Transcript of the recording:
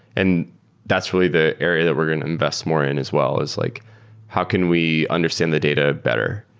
and that's really the area that we're going to invest more in as well, is like how can we understand the data better.